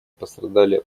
пострадали